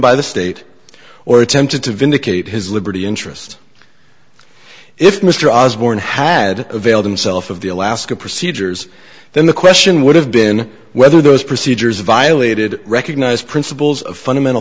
by the state or attempted to vindicate his liberty interest if mr osborn had availed himself of the alaska procedures then the question would have been whether those procedures violated recognize principles of fundamental